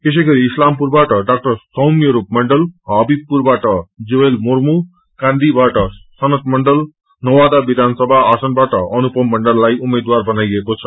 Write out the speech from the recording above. यसैगरी इस्लामपुरबाट सौम्यरूप मण्डलहबीबपुरबाट जुवेल मुर्मु कांदीाबाट सनत मण्डल नोवादा विधानसभा आसनबाट अनुपम मण्डललाई उम्मेद्वार बनाएको छ